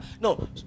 No